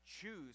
choose